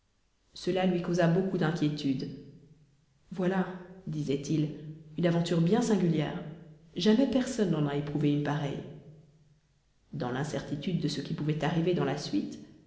cela lui causa beaucoup d'inquiétude voilà disait-il une aventure bien singulière jamais personne n'en a éprouvé une pareille dans l'incertitude de ce qui pouvait arriver dans la suite